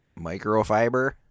microfiber